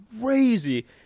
crazy